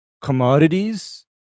commodities